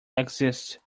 exist